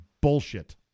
bullshit